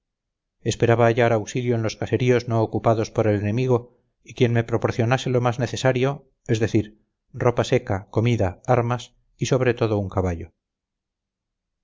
esperaba hallar auxilio en los caseríos no ocupados por el enemigo y quien me proporcionase lo más necesario es decir ropa seca comida armas y sobre todo un caballo